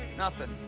nothing,